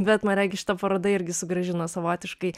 bet man regis šita paroda irgi sugrąžino savotiškai